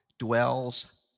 dwells